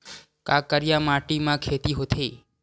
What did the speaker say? का करिया माटी म खेती होथे?